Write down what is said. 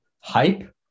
hype